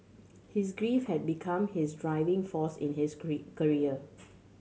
his grief had become his driving force in his career